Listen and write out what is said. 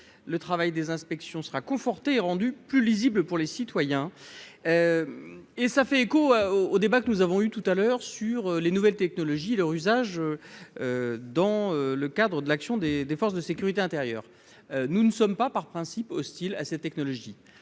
le travail des inspections sera conforté est rendue plus lisible pour les citoyens, et ça fait écho au débat que nous avons eu tout à l'heure sur les nouvelles technologies leur usage dans le cadre de l'action des des forces de sécurité intérieure, nous ne sommes pas par principe hostile à cette technologie,